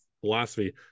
philosophy